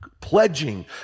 pledging